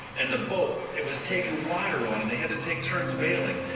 and the boat, it was taking water on. and they had to take turns bailing.